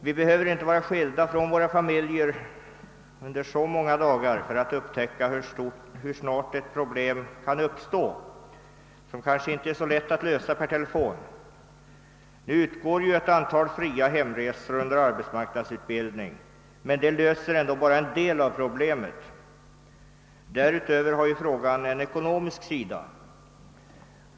Vi behöver inte vara skilda från våra familjer under många dagar för att upptäcka hur snart problem kan uppstå som inte är så lätta att lösa per telefon. Nu utgår ju ett antal fria hemresor under arbetsmarknadsutbildning, men det löser ändå bara en del av problemet. Därutöver har frågan en ekonomisk sida.